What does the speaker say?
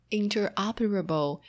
interoperable